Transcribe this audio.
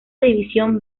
división